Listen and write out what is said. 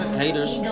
haters